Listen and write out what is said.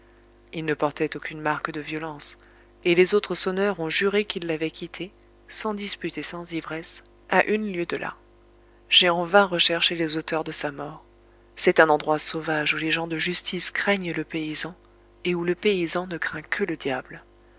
il ne portail aucune marque de violence et les autres sonneurs ont juré qu'ils l'avaient quitté sans dispute et sans ivresse à une lieue de là j'ai en vain recherché les auteurs de sa mort c'est un endroit sauvage où les gens de justice craignent le paysan et où le paysan ne craint que le diable